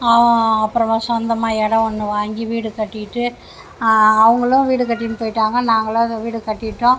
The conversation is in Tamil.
அவன் அப்புறமா சொந்தமாக இடம் ஒன்று வாங்கி வீடு கட்டிக்கிட்டு அவர்களும் வீடு கட்டின்னு போய்ட்டாங்க நாங்களும் அது வீடு கட்டிவிட்டோம்